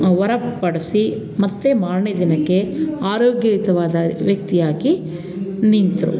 ಹೊರಪಡಿಸಿ ಮತ್ತು ಮಾರನೇ ದಿನಕ್ಕೆ ಆರೋಗ್ಯಯುತವಾದ ವ್ಯಕ್ತಿಯಾಗಿ ನಿಂತರು